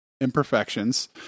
imperfections